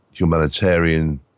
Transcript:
Humanitarian